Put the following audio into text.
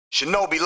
Shinobi